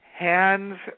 hands